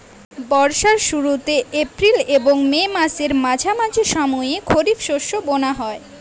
বর্ষার শুরুতে এপ্রিল এবং মে মাসের মাঝামাঝি সময়ে খরিপ শস্য বোনা হয়